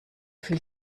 viel